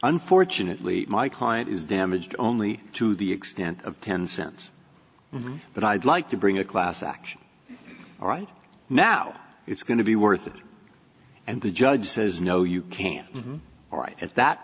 unfortunately my client is damaged only to the extent of ten cents but i'd like to bring a class action right now it's going to be worth it and the judge says no you can't all right at that